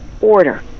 order